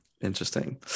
Interesting